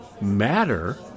matter